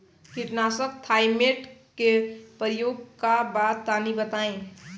कीटनाशक थाइमेट के प्रयोग का बा तनि बताई?